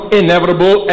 inevitable